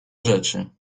rzeczy